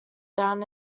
down